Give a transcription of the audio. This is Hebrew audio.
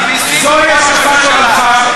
אתה משקר במצח נחושה.